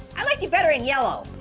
i liked you better in yellow.